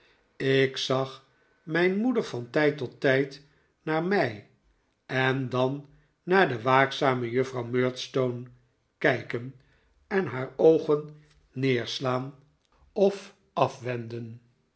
ik zag mijn moeder van tijd tot tijd naar mij en dan naar de waakzame juffrouw murdstone kijken en haar oogen neerslaan of afwenden